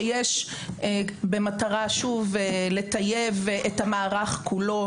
שיש במטרה לטייב את המערך כולו.